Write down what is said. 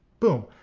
boom.